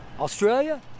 Australia